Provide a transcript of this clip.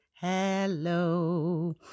Hello